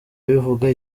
abivuga